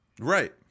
Right